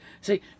See